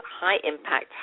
high-impact